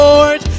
Lord